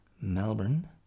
melbourne